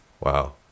Wow